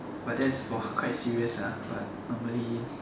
but that's for quite serious ah normally